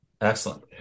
excellent